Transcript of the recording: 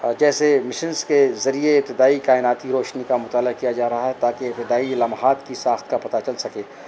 جیسے مشنس کے ذریعے ابتدائی کائناتی روشنی کا مطالعہ کیا جا رہا ہے تاکہ ابتدائی لمحات کی ساخت کا پتا چل سکے